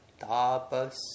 tapas